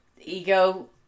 ego